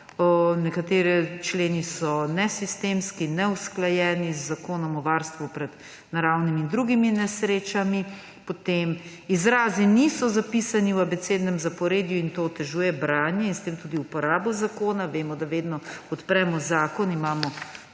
Nekateri členi so nesistemski, neusklajeni z Zakonom o varstvu pred naravnimi in drugimi nesrečami, izrazi niso zapisani v abecednem zaporedju, in to otežuje branje in s tem tudi uporabo zakona. Ko odpremo zakon, imamo